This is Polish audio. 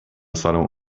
salę